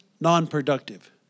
Non-productive